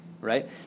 right